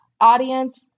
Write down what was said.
audience